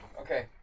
okay